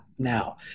Now